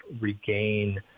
regain